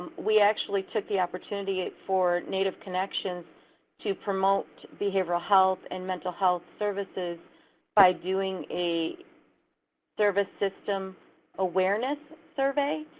we actually took the opportunity for native connections to promote behavioral health and mental health services by doing a service system awareness survey.